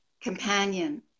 companion